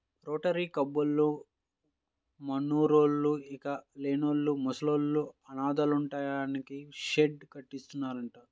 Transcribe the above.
rotary కబ్బోళ్ళు మనూర్లోని ఇళ్ళు లేనోళ్ళు, ముసలోళ్ళు, అనాథలుంటానికి షెడ్డు కట్టిత్తన్నారంట